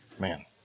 man